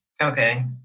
Okay